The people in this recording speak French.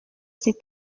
ces